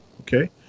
okay